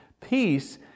Peace